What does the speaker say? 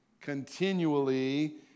continually